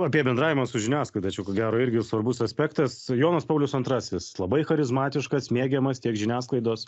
apie bendravimą su žiniasklaida čia ko gero irgi svarbus aspektas jonas paulius antrasis labai charizmatiškas mėgiamas tiek žiniasklaidos